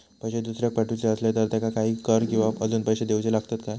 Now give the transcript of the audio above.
पैशे दुसऱ्याक पाठवूचे आसले तर त्याका काही कर किवा अजून पैशे देऊचे लागतत काय?